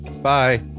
Bye